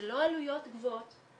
זה לא עלויות גבוהות,